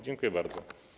Dziękuję bardzo.